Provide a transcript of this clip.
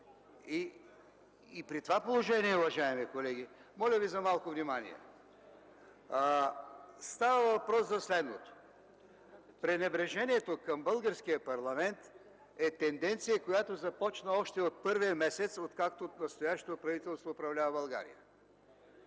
и реплики.) Уважаеми колеги, моля Ви за малко внимание! Става въпрос за следното. Пренебрежението към българския парламент е тенденция, която започна още от първия месец, откакто настоящето правителство управлява България.